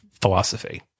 philosophy